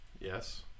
Yes